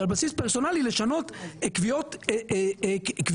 שעל בסיס פרסונלי לשנות קביעות יסוד,